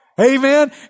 Amen